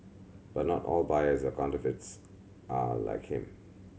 but not all buyers of counterfeits are like him